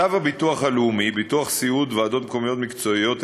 בצו הביטוח הלאומי (ביטוח סיעוד) (ועדות מקומיות מקצועיות),